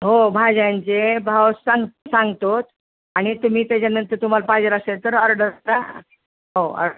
हो भाज्यांचे भाव सांग सांगतोच आणि तुम्ही त्याच्यानंतर तुम्हाला पाहिजे असेल तर ऑर्डर करा हो ऑर